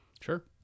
Sure